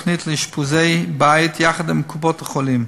יחד עם קופות-החולים,